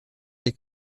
die